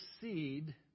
seed